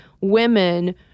women